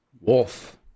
Wolf